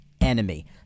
enemy